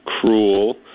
cruel